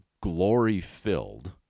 glory-filled